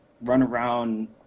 run-around